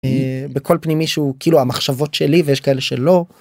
בכל פנימי שהוא כאילו המחשבות שלי ויש כאלה שלא.